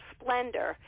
Splendor